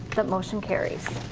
the motion carries.